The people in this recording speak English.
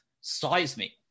seismic